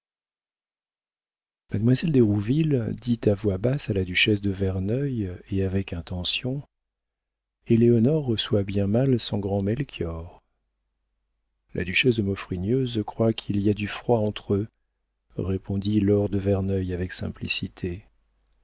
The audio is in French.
d'hérouville dit à voix basse à la duchesse de verneuil et avec intention éléonore reçoit bien mal son grand melchior la duchesse de maufrigneuse croit qu'il y a du froid entre eux répondit laure de verneuil avec simplicité